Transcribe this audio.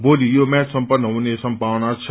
भोली यो म्याच सम्पनन हुने संभावना छ